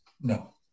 no